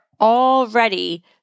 already